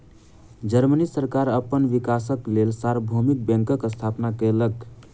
Germany सरकार अपन विकासक लेल सार्वभौमिक बैंकक स्थापना केलक